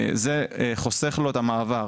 זה חוסך לו את המעבר,